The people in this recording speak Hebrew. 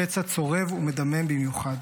הפצע צורב ומדמם במיוחד.